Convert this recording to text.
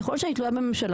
ככל שאני תלויה בממשלה,